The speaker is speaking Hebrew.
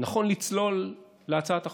נכון לצלול להצעת החוק,